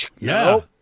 No